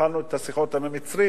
כשהתחלנו את השיחות עם המצרים,